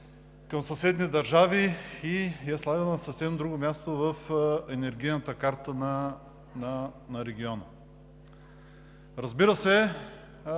към съседни държави, и я слага на съвсем друго място в енергийната карта на региона. Разбира се,